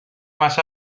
más